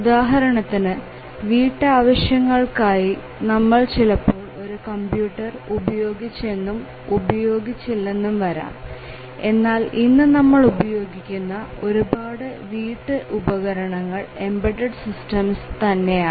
ഉദാഹരണത്തിന് വീട് ആവശ്യങ്ങൾക്കായി നമ്മൾ ചിലപ്പോൾ ഒരു കമ്പ്യൂട്ടർ ഉപയോഗിച്ചെന്നും ഉപയോഗിച്ച് ഇല്ലെന്നും വരാം എന്നാൽ ഇന്ന് നമ്മൾ ഉപയോഗിക്കുന്ന ഒരുപാട് വീട് ഉപകരണങ്ങൾ എംബഡഡ് സിസ്റ്റം തന്നെയാണ്